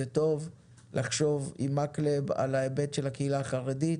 זה טוב לחשוב עם מקלב על ההיבט של הקהילה החרדית,